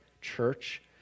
church